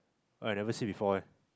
I never see before ah